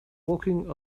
walking